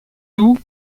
loups